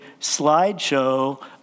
slideshow